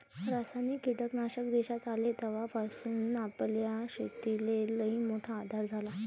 रासायनिक कीटकनाशक देशात आले तवापासून आपल्या शेतीले लईमोठा आधार झाला